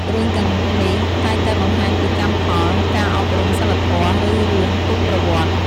រឿងទាំងនេះតែងតែបង្ហាញពីកម្មផល ការអប់រំសីលធម៌ ឬរឿងពុទ្ធប្រវត្តិ។